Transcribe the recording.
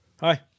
Hi